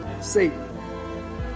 Satan